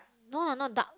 no lah not duck